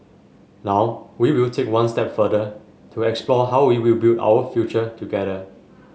now we will take one step further to explore how we will build out future together